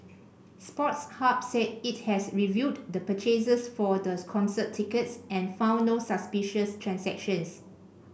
Sports Hub said it has reviewed the purchases for the concert tickets and found no suspicious transactions